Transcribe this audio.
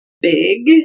Big